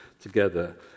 together